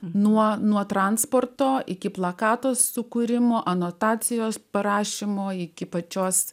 nuo nuo transporto iki plakato sukūrimo anotacijos parašymo iki pačios